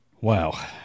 Wow